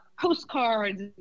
postcards